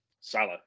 Salah